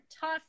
tough